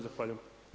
Zahvaljujem.